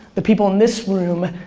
the people in this room,